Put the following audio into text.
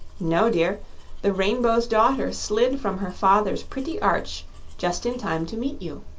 no, dear the rainbow's daughter slid from her father's pretty arch just in time to meet you.